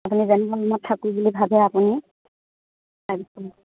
আপুনি যেনেধৰণে থাকোঁ বুলি ভাবে আপুনি থাকিব